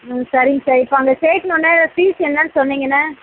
ம் சரிங்க சார் இப்போ அங்கே சேர்க்கணுன்னா ஃபீஸ் என்னன்னு சொன்னிங்கன்னா